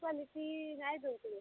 quality ନାଇ ଦେଉଥିବେ ତାଏଲ୍